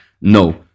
No